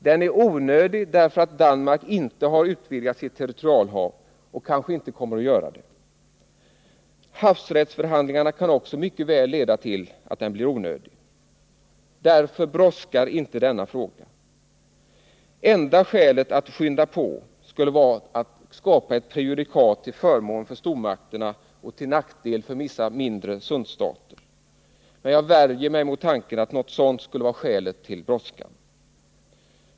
Den är onödig därför att Danmark inte har utvidgat sitt territorialhav och kanske inte heller kommer att göra det. Havsrättsförhandlingarna kan också mycket väl leda till att den blir onödig. Därför brådskar inte denna fråga. Enda skälet till att skynda skulle vara att skapa ett prejudikat till förmån för stormakterna och till nackdel för vissa mindre sundstater, men jag värjer mig mot tanken att något sådant skulle vara skälet till brådskan.